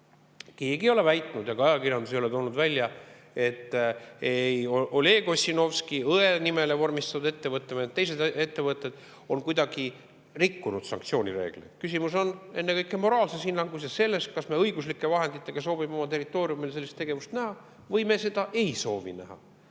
Keegi ei ole väitnud ja ka ajakirjandus ei ole toonud välja, et Oleg Ossinovski õe nimele vormistatud ettevõte või teised ettevõtted on kuidagi rikkunud sanktsioonireegleid. Küsimus on ennekõike moraalses hinnangus ja selles, kas me õiguslike vahenditega soovime oma territooriumil sellist tegevust näha või me seda ei soovi näha.